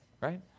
right